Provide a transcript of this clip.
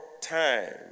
time